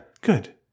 Good